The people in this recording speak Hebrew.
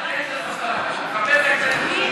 תעדן את השפה, תכבד את הכנסת.